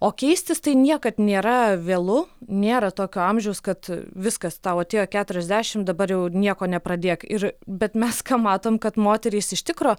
o keistis tai niekad nėra vėlu nėra tokio amžiaus kad viskas tau atėjo keturiasdešimt dabar jau nieko nepradėk ir bet mes matom kad moterys iš tikro